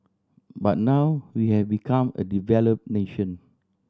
but now we have become a developed nation